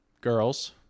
girls